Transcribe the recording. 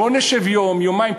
בואו נשב יום-יומיים.